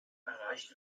erreicht